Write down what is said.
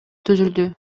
түзүлдү